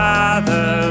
Father